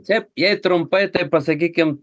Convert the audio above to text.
šiaip jei trumpai tai pasakykim